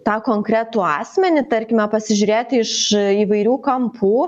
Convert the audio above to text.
tą konkretų asmenį tarkime pasižiūrėti iš įvairių kampų